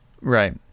Right